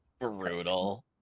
brutal